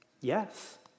Yes